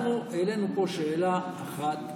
אנחנו העלינו פה שאלה אחת,